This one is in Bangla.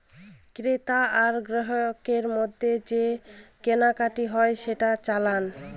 ক্রেতা আর গ্রাহকের মধ্যে যে কেনাকাটি হয় সেটা চালান